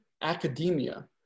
academia